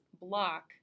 block